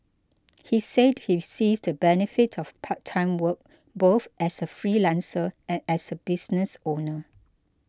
he said he sees the benefit of part time work both as a freelancer and as a business owner